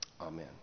Amen